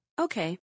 Okay